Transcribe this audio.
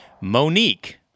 Monique